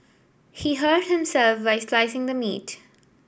he hurt himself while slicing the meat